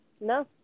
no